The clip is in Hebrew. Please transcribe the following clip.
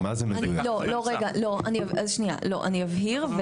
אני אבהיר.